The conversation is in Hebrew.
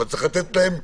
אבל צריך לתת להם יומיים,